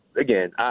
again